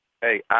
Hey